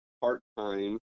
part-time